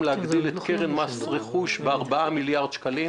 להגדיל את קרן מס רכוש ב-4 מיליארד שקלים,